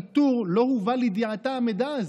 לא הובא לידיעת ועדת האיתור המידע הזה.